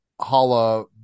Hala